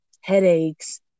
headaches